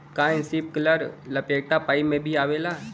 का इस्प्रिंकलर लपेटा पाइप में भी आवेला?